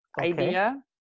idea